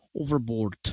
overboard